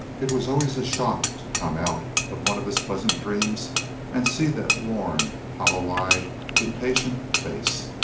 it was always a shock to come out of one of his pleasant dreams and see that worn, hollow-eyed, impatient face.